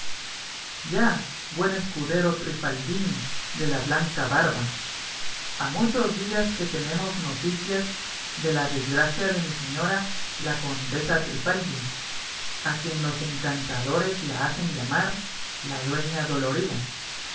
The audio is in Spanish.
ya buen escudero trifaldín de la blanca barba ha muchos días que tenemos noticia de la desgracia de mi señora la condesa trifaldi a quien los encantadores la hacen llamar la dueña dolorida